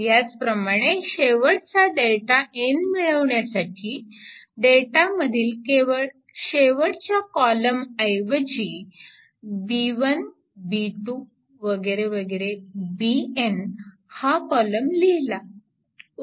याच प्रमाणे शेवटचा Δn मिळविण्याकरिता Δ मधील केवळ शेवटच्या कॉलम ऐवजी हा कॉलम लिहिला